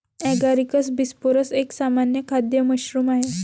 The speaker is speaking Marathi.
ॲगारिकस बिस्पोरस एक सामान्य खाद्य मशरूम आहे